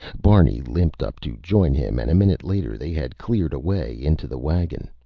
barney limped up to join him and a minute later they had cleared a way into the wagon.